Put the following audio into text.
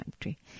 country